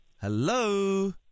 Hello